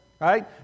Right